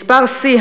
מספר שיא,